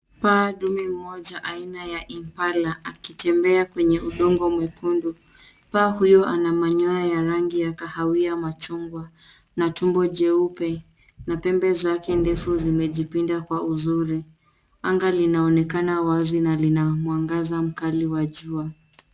Paa dume mmoja aina ya Impala akitembea kwenye udongo mwekundu. Paa huyo ana manyoya ya rangi ya kahawia machungwa na tumbo jeupe na pembe zake ndefu zimejipinda kwa uzuri. Anga linaonekana wazi na lina mwangaza mkali wa jua.